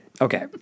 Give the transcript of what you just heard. Okay